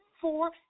four